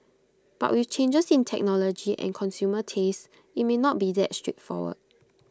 but with changes in technology and consumer tastes IT may not be that straightforward